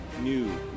new